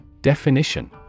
Definition